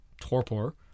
torpor